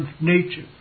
nature